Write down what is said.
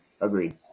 Agreed